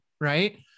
Right